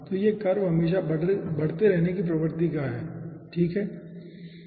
तो यह कर्व हमेशा बढ़ते रहने के प्रकृति का है ठीक है